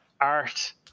art